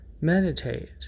Meditate